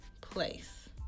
place